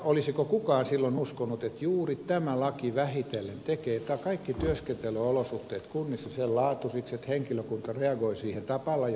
olisiko kukaan silloin uskonut että juuri tämä laki vähitellen tekee nämä kaikki työskentelyolosuhteet kunnissa sen laatuisiksi että henkilökunta reagoi siihen tavalla joka nyt näkyy